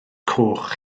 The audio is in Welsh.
coch